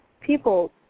People